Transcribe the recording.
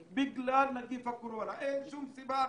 בגלל נגיף הקורונה, ואין שום סיבה אחרת,